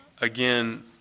again